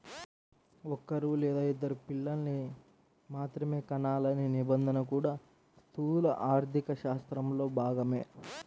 ఒక్కరూ లేదా ఇద్దరు పిల్లల్ని మాత్రమే కనాలనే నిబంధన కూడా స్థూల ఆర్థికశాస్త్రంలో భాగమే